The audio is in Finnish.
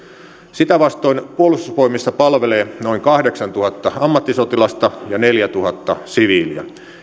sitä vastoin puolustusvoimissa palvelee noin kahdeksantuhatta ammattisotilasta ja neljätuhatta siviiliä